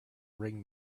ring